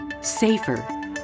safer